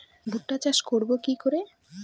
ভুট্টা চাষ করব কি করে?